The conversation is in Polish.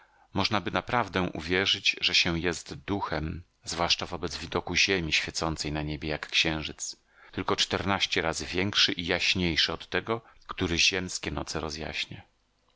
lekkości możnaby naprawdę uwierzyć że się jest duchem zwłaszcza wobec widoku ziemi świecącej na niebie jak księżyc tylko czternaście razy większy i jaśniejszy od tego który ziemskie noce rozjaśnia